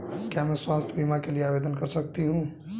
क्या मैं स्वास्थ्य बीमा के लिए आवेदन दे सकती हूँ?